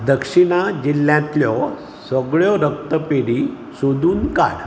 दक्षिणा जिल्ल्यांतल्यो सगळ्यो रक्तपेढी सोदून काड